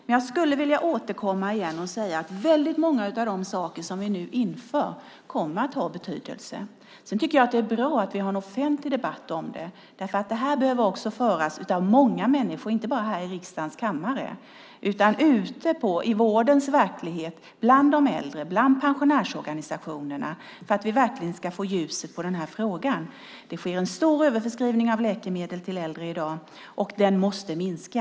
Men jag skulle vi återkomma till och säga att väldigt många av de saker som vi nu inför kommer att ha betydelse. Sedan tycker jag att det är bra att vi har en offentlig debatt om detta. Den bör föras av många människor, inte bara här i riksdagens kammare utan ute i vårdens verklighet, bland de äldre och bland pensionärsorganisationerna, för att vi verkligen ska få ljus på frågan. Det sker en stor överförskrivning av läkemedel till äldre i dag, och den måste minska.